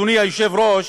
אדוני היושב-ראש,